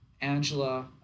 Angela